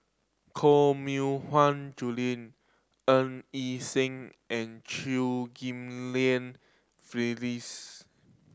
Koh Mui Hiang Julie Ng Yi Sheng and Chew Ghim Lian Phyllis